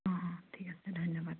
অঁ অঁ ঠিক আছে ধন্যবাদ